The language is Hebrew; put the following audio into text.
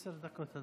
עשר דקות,